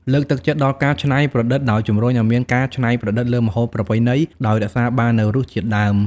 លើកទឹកចិត្តដល់ការច្នៃប្រឌិតដោយ ជំរុញឱ្យមានការច្នៃប្រឌិតលើម្ហូបប្រពៃណី ដោយរក្សាបាននូវរសជាតិដើម។